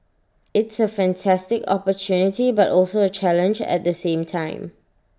it's A fantastic opportunity but also A challenge at the same time